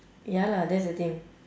ya lah that's the thing